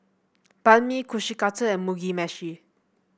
Banh Mi Kushikatsu and Mugi Meshi